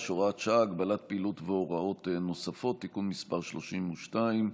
(הוראת שעה) (הגבלת פעילות והוראות נוספות) (תיקון מס' 32),